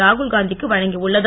ராகுல்காந்தி க்கு வழங்கியுள்ளது